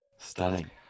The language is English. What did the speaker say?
stunning